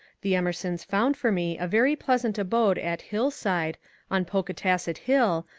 the emersons found for me a very pleasant abode at hillside on ponkatasset hill,